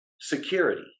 security